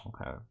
okay